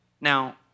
Now